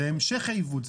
זה המשך העיוות.